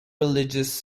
religious